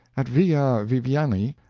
at villa viviani,